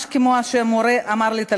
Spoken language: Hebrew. כמה אנשים כאלה יש לנו?